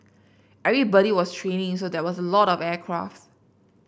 everybody was training so there was a lot of aircraft's